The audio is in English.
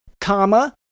comma